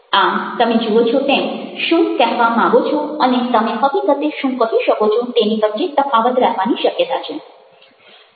આમ તમે જુઓ છો તેમ શું કહેવા માગો છો અને તમે હકીકતે શું કહી શકો છો તેની વચ્ચે તફાવત રહેવાની શક્યતા છે